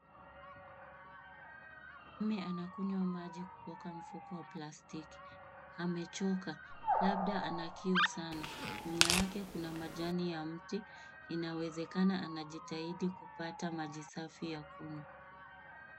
Mwanaume anakunywa maji kutoka kwa mfuko wa plastiki. Amechoka. Labda ana kiu sana. Nyuma yake kuna majani ya mti. Inawezekana anajjitahidi kupata maji safi ya kunywa.